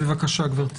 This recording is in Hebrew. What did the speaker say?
בבקשה, גברתי.